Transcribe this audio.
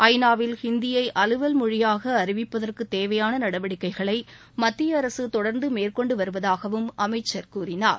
ஐ நா வில் ஹிந்தியை அலுவல் மொழியாக அறிவிப்பதற்குத் தேவையான நடவடிக்கைகளை மத்திய அரசு தொடர்ந்து மேற்கொண்டு வருவதாகவும் அமைச்சர் கூறினார்